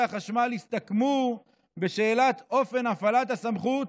החשמל הסתכמו בשאלת אופן הפעלת הסמכות,